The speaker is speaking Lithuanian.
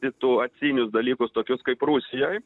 situacinius dalykus tokius kaip rusijoj